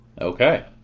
Okay